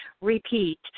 repeat